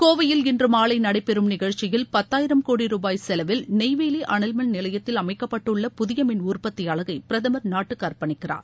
கோவையில் இன்று மாலை நடைபெறும் நிகழ்ச்சியில் பத்தாயிரம் கோடி ரூபாய் செலவில் நெய்வேலி நிலையத்தில் அமைக்கப்பட்டுள்ள புதிய மின் உற்பத்தி அலகை பிரதமர் நாட்டுக்கு மின் அனல் அர்ப்பணிக்கிறார்